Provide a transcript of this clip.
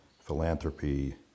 philanthropy